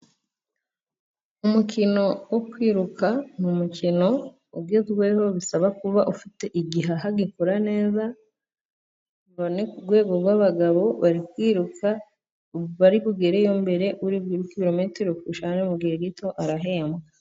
Umukino wo kwiruka ni umukino ugezweho bisaba kuba ufite igihaha gikora neza. Urwo ni kurwego rw'abagabo bari kwiruka bari bugereyo mbere uriruka ibirometero mu gihe gito arahembwa.